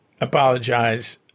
apologize